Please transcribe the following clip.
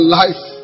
life